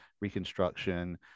reconstruction